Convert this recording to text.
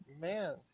man